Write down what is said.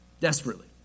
Desperately